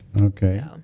okay